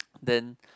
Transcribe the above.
then